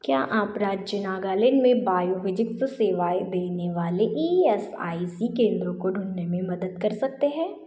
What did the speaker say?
क्या आप राज्य नागालैंड में बायोफ़िज़िक्स सेवाएँ देने वाले ई एस आई सी केंद्रों को ढूँढने में मदद कर सकते हैं